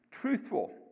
truthful